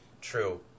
true